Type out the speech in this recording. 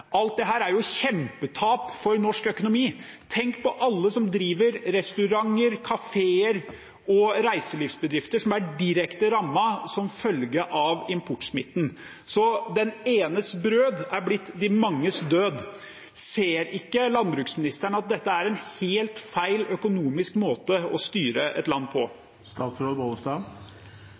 Alt dette er kjempetap for norsk økonomi. Tenk på alle som driver restauranter, kafeer og reiselivsbedrifter som er direkte rammet som følge av importsmitten. Den enes brød har blitt de manges død. Ser ikke landbruksministeren at dette er en helt feil økonomisk måte å styre et land